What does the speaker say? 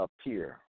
appear